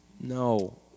No